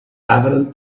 evident